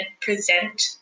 present